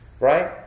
Right